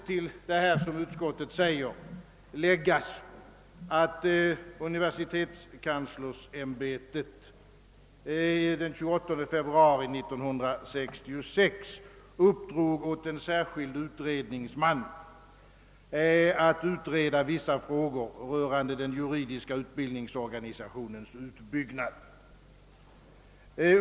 Till vad utskottet säger måste man lägga, att universitetskanslersämbetet i februari 1966 uppdrog åt en särskild utredningsman att utreda vissa frågor rörande den juridiska utbildningsorganisationens utbyggnad.